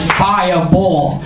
fireball